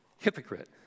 hypocrite